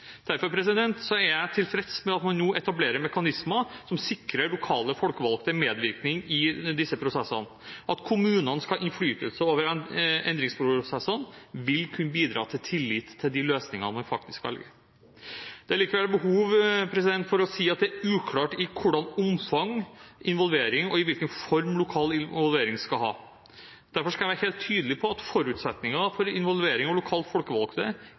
Derfor er jeg tilfreds med at man nå etablerer mekanismer som sikrer lokale folkevalgte medvirkning i disse prosessene. At kommunene skal ha innflytelse over endringsprosessene, vil kunne bidra til tillit til de løsningene man faktisk velger. Det er likevel behov for å si at det er uklart hvilket omfang og hvilken form lokal involvering skal ha. Derfor skal jeg være helt tydelig på at forutsetningen for involvering av lokalt folkevalgte,